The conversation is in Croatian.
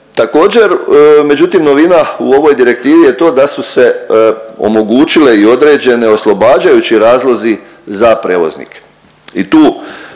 Također, međutim novina u ovoj direktivi je to da su se omogućile i određeni oslobađajući razlozi za prevoznike i tu